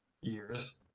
years